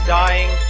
dying